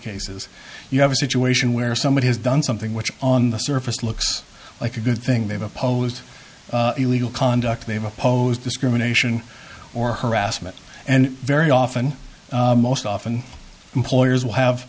cases you have a situation where somebody has done something which on the surface looks like a good thing they've opposed illegal conduct they've opposed discrimination or harassment and very often most often employers will have